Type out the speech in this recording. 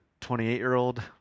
28-year-old